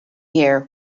here